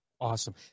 Awesome